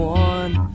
one